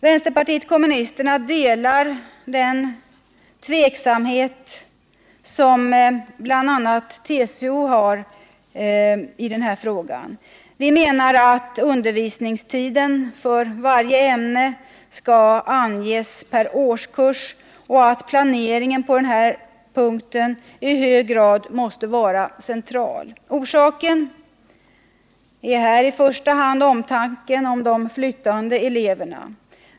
Vänsterpartiet kommunisterna delar här den tveksamhet som råder inom bl.a. TCO. Vi menar att undervisningstiden för varje ämne skall anges per årskurs och att planeringen på denna punkt i hög grad måste vara central. Orsaken är här i första hand omtanken om de flyttande eleverna.